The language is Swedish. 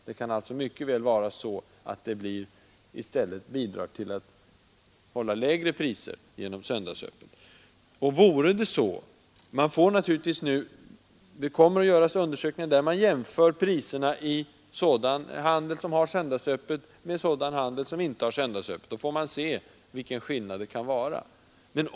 Det kan alltså mycket väl vara så att öppethållande på söndagar i stället bidrar till lägre priser. Det kommer att göras undersökningar där man jämför priserna i sådan handel som har söndagsöppet med sådan handel som inte har söndagsöppet, och då får man se vilken skillnad det kan vara.